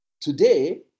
Today